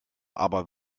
aber